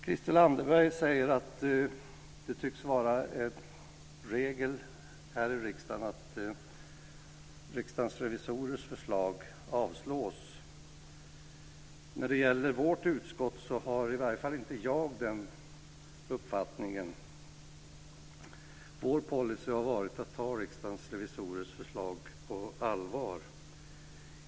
Christel Anderberg säger att det tycks vara en regel här i riksdagen att Riksdagens revisorers förslag avslås. När det gäller vårt utskott har i varje fall inte jag den uppfattningen. Vår policy har varit att ta Riksdagens revisorers förslag på allvar.